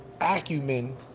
acumen